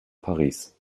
paris